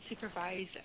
supervise